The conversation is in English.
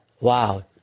Wow